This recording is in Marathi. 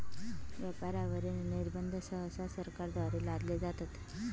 व्यापारावरील निर्बंध सहसा सरकारद्वारे लादले जातात